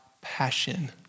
passion